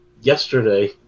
yesterday